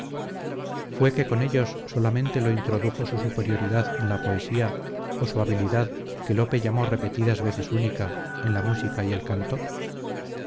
fue que con ellos solamente lo introdujo su superioridad en la poesía o su habilidad que lope llamó repetidas veces única en la música y el canto